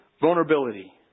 vulnerability